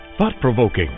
thought-provoking